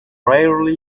rarely